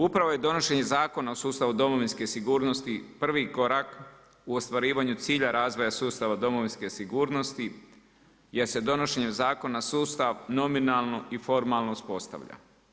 Upravo je donošenje zakona u sustavu Domovinske sigurnosti prvi korak u ostvarivanju cilja razvoja sustava Domovinske sigurnosti gdje se donošenje zakona sustav nominalno i formalno uspostavlja.